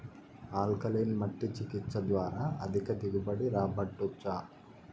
alkaline మట్టి చికిత్స ద్వారా అధిక దిగుబడి రాబట్టొచ్చా